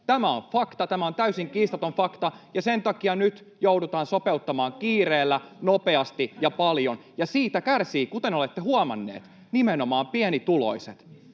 bensan hinta? Missä euron bensa on?] ja sen takia nyt joudutaan sopeuttamaan kiireellä, nopeasti ja paljon, ja siitä kärsivät, kuten olette huomanneet, nimenomaan pienituloiset.